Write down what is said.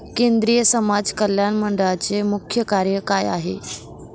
केंद्रिय समाज कल्याण मंडळाचे मुख्य कार्य काय आहे?